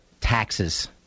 Taxes